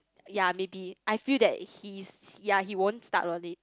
yea maybe I feel that he's yea he won't start on it